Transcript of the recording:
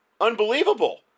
unbelievable